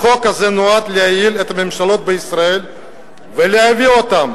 החוק הזה נועד לייעל את הממשלות בישראל ולהביא אותן,